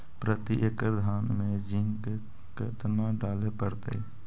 प्रती एकड़ धान मे जिंक कतना डाले पड़ताई?